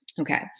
Okay